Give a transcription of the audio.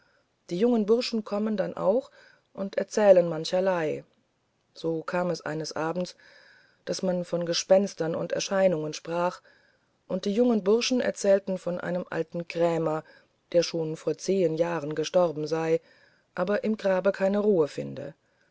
die jungen bursche kommen dann auch und erzählen mancherlei so kam es eines abends daß man von gespenstern und erscheinungen sprach und die jungen bursche erzählten von einem alten krämer der schon vor zehen jahren gestorben sei aber im grab keine ruhe finde